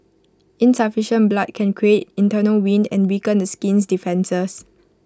insufficient blood can create internal wind and weaken the skin's defences